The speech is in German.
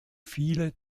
viele